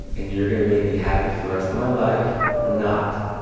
and you're going to make me happy for the rest of my life or not.